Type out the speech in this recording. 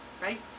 right